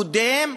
הקודם,